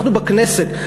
אנחנו בכנסת,